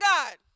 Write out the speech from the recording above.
God